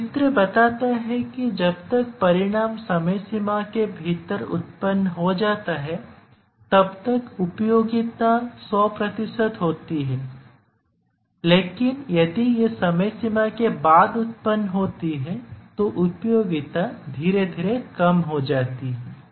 यह चित्र बताता है कि जब तक परिणाम समय सीमा के भीतर उत्पन्न हो जाता है तब तक उपयोगिता 100 प्रतिशत होती है लेकिन यदि यह समय सीमा के बाद उत्पन्न होती है तो उपयोगिता धीरे धीरे कम हो जाती है